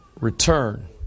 return